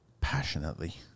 passionately